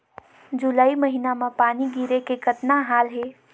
जुलाई महीना म पानी गिरे के कतना हाल हे?